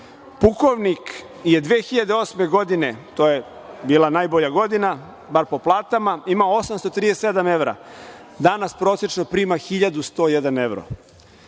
pukovnik je 2008. godine, to je bila najbolja godina, bar po platama, imao 837 evra, danas prosečno prima 1.101 evro.